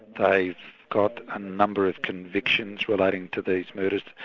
they got a number of convictions relating to these murders.